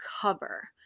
cover